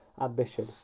ambition